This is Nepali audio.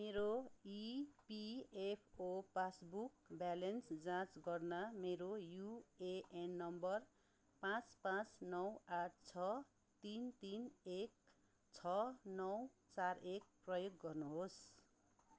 मेरो इपिएफओ पासबुक ब्यालेन्स जाँच गर्न मेरो युएएन नम्बर पाँच पाँच नौ आठ छ तिन तिन एक छ नौ चार एक प्रयोग गर्नुहोस्